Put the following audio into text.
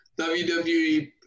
WWE